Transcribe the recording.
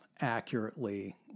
accurately